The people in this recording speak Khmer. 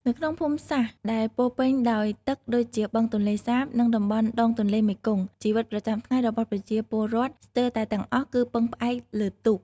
នៅក្នុងភូមិសាស្រ្តដែលពោរពេញដោយទឹកដូចជាបឹងទន្លេសាប និងតំបន់ដងទន្លេមេគង្គ ជីវិតប្រចាំថ្ងៃរបស់ប្រជាពលរដ្ឋស្ទើរតែទាំងអស់គឺពឹងផ្អែកលើទូក។